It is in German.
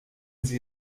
sie